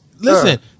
Listen